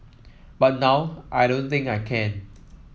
but now I don't think I can